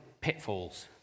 pitfalls